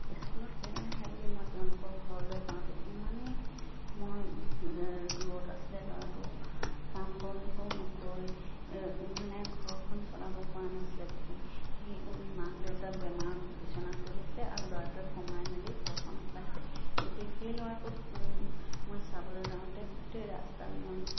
স্কুলত কেলে নাহে বুলি মই তেওঁলোকৰ ঘৰলৈ যাওঁতে ইমানেই মই দূৰত আছিলে ল'ৰাটো কাম বনবোৰ নকৰি মানে ঘৰখন চলাব পৰা নাছিলে সি সি মাক দেউতাক বেমাৰত বিচনাত পৰি আছিলে আৰু ল'ৰাটোৱে কমাই মেলি ঘৰখন খুৱাইছিলে তেতিয়া সেই ল'ৰাটোক মই চাবলৈ যাওঁতে গোটেই ৰাস্তাত মই